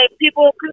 people